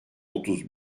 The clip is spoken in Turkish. otuz